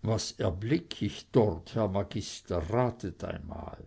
was erblick ich dort herr magister ratet einmal